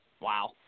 Wow